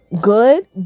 good